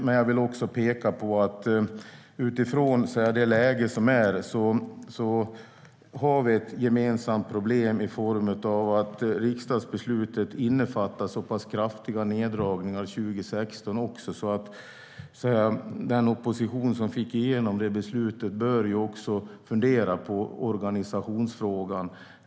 Men jag vill också peka på att vi utifrån det läge som är har ett gemensamt problem i form av att riksdagsbeslutet innefattar så pass kraftiga neddragningar 2016 att den opposition som fick igenom det beslutet bör fundera på organisationsfrågan.